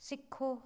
ਸਿੱਖੋ